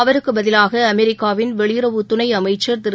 அவருக்கு பதிவாக அமெரிக்காவின் வெளியுறவு துணை அமைச்சர் திரு